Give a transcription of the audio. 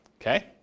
Okay